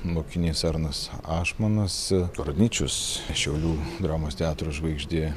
mokinys arnas ašmonas gorodničius šiaulių dramos teatro žvaigždė